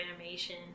animation